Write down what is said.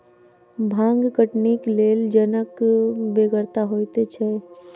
भांग कटनीक लेल जनक बेगरता होइते छै